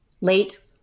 Late